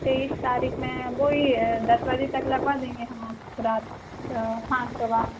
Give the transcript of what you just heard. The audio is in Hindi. तेईस तारीख़ में वही है दस बजे तक लगवा देंगे हाँ थोड़ा हाँ सुबह